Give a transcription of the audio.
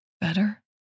Better